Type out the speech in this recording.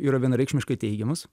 yra vienareikšmiškai teigiamas